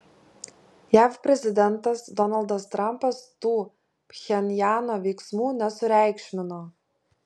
jav prezidentas donaldas trampas tų pchenjano veiksmų nesureikšmino